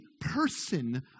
person